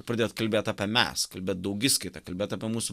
pradėt kalbėt apie mes kalbėt daugiskaita kalbėt apie mūsų